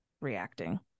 reacting